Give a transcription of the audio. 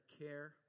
care